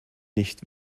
nicht